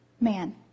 man